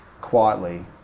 quietly